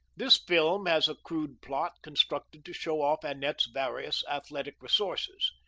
this film has a crude plot constructed to show off annette's various athletic resources.